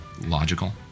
logical